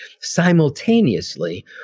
Simultaneously